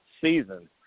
season